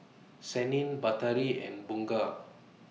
Senin Batari and Bunga